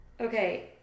Okay